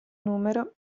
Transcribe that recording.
numero